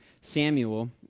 Samuel